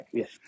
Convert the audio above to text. yes